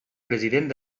president